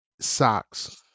Socks